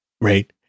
Right